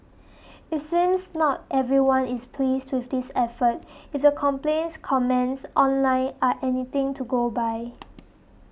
it seems not everyone is pleased with this effort if the complaints comments online are anything to go by